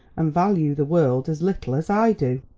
and value the world as little as i do.